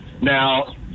Now